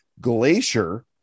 Glacier